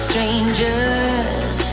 Strangers